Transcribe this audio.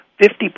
Fifty